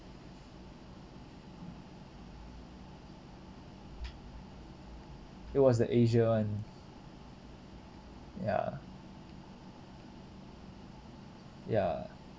it was the asia [one] ya ya